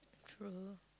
true